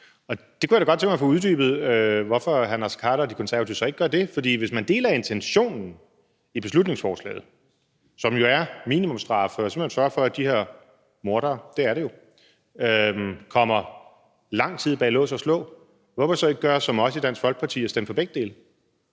Jeg kunne da godt tænke mig at få uddybet, hvorfor hr. Naser Khader og De Konservative så ikke gør det. For hvis man deler intentionen i beslutningsforslaget, som er, at der skal være minimumsstraffe, så man simpelt hen sørger for, at de her mordere – det er de jo – kommer lang tid bag lås og slå, hvorfor så ikke gøre som os i Dansk Folkeparti og stemme for begge dele?